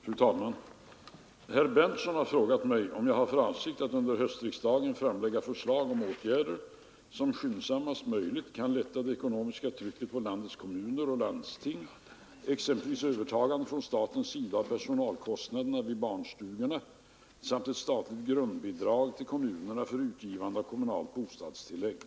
Fru talman! Herr Berndtson har frågat mig om jag har för avsikt att under höstriksdagen framlägga förslag om åtgärder, som skyndsammast möjligt kan lätta det ekonomiska trycket på landets kommuner och landsting — exempelvis övertagande från statens sida av personalkostnaderna vid barnstugorna samt ett statligt grundbidrag till kommunerna för utgivande av kommunalt bostadstillägg.